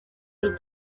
del